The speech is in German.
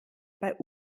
bei